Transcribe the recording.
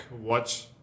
watch